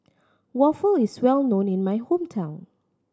waffle is well known in my hometown